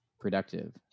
productive